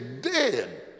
dead